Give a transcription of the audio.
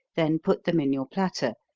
then put them in your platter,